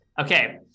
Okay